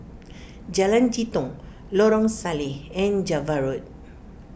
Jalan Jitong Lorong Salleh and Java Road